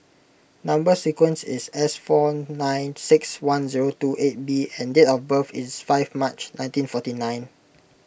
Number Sequence is S four nine six one zero two eight B and date of birth is five March nineteen forty nine